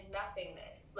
nothingness